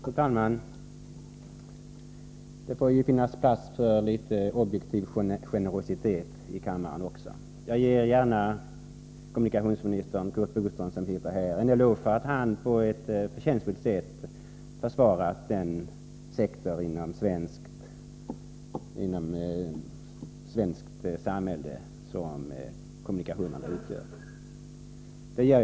Fru talman! Det får ju finnas plats för litet objektiv generositet i kammaren också. Jag ger gärna kommunikationsminister Curt Boström, som sitter här, en eloge för att han på ett förtjänstfullt sätt försvarat den sektor inom svenskt samhälle som kommunikationerna utgör.